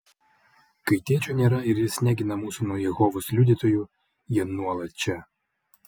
kai tėčio nėra ir jis negina mūsų nuo jehovos liudytojų jie nuolat čia